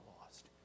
lost